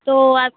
तो आप